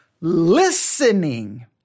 Listening